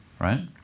right